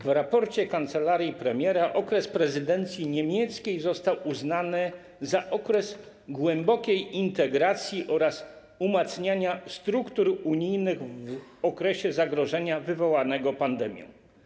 W raporcie kancelarii premiera okres prezydencji niemieckiej został uznany za okres głębokiej integracji oraz umacniania struktur unijnych w czasie zagrożenia wywołanego pandemią.